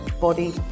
body